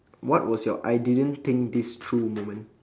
what was your I didn't think this through moment